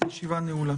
הישיבה נעולה.